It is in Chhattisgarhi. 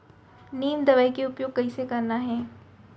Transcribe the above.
नीम दवई के उपयोग कइसे करना है?